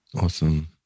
awesome